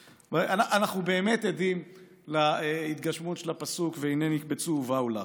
אנחנו באמת עדים להתגשמות של הפסוק "נקבצו ובאו לך".